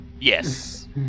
yes